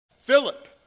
Philip